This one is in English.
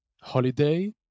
holiday